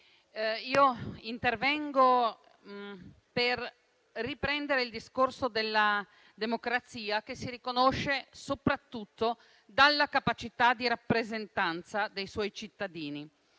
io intervengo per riprendere il discorso della democrazia che si riconosce soprattutto dalla capacità di rappresentanza dei suoi cittadini.